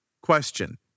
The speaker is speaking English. question